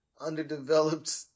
underdeveloped